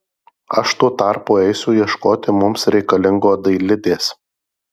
aš tuo tarpu eisiu ieškoti mums reikalingo dailidės